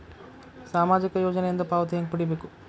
ಸಾಮಾಜಿಕ ಯೋಜನಿಯಿಂದ ಪಾವತಿ ಹೆಂಗ್ ಪಡಿಬೇಕು?